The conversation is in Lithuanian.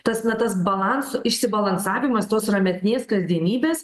tas na tas balansu išsibalansavimas tos ramesnės kasdienybės